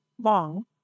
long